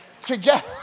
together